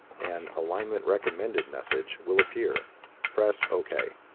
an alignment recommended message will appear press ok